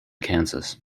kansas